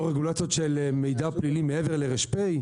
לא רגולציות של מידע פלילי מעבר לר"פ.